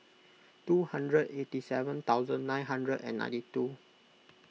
two hundred eighty seven thousand nine hundred and ninety two